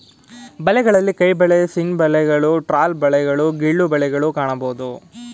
ಬಲೆಗಳಲ್ಲಿ ಕೈಬಲೆ, ಸೀನ್ ಬಲೆಗಳು, ಟ್ರಾಲ್ ಬಲೆಗಳು, ಗಿಲ್ಲು ಬಲೆಗಳನ್ನು ಕಾಣಬೋದು